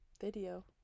Video